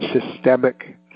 systemic